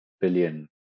billion